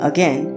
Again